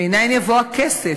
מנין יבוא הכסף?